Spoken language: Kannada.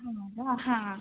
ಹೌದಾ ಹಾಂ